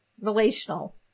relational